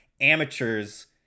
amateurs